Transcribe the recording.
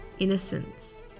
innocence